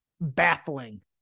baffling